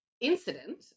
incident